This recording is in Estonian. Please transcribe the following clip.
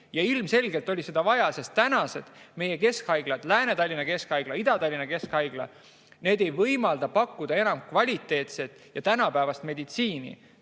Ilmselgelt oleks olnud seda vaja, sest praegused keskhaiglad – Lääne-Tallinna Keskhaigla, Ida-Tallinna Keskhaigla – ei võimalda pakkuda enam kvaliteetset ja tänapäevast meditsiini,